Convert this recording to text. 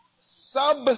Sub